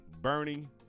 Bernie